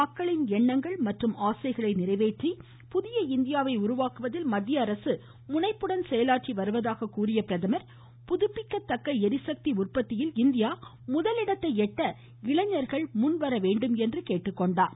மக்களின் எண்ணங்கள் மற்றும் ஆசைகளை நிறைவேற்றி புதிய இந்தியாவை உருவாக்குவதில் மத்திய அரசு முனைப்புடன் செயலாற்றி வருவதாக கூறிய பிரதமா் புதுப்பிக்கத்தக்க ளிசக்தி உற்பத்தியில் இந்தியா முதலிடத்தை எட்ட இளைஞர்கள் முன்வர வேண்டும் என கேட்டுக்கொண்டார்